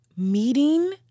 Meeting